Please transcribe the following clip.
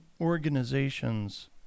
organizations